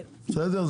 בסדר?